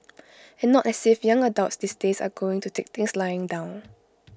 and not as if young adults these days are going to take things lying down